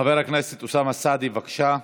חבר הכנסת אוסאמה סעדי, בבקשה,